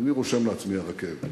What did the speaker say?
אז אני רושם לעצמי: הרכבת.